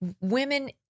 women